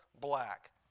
black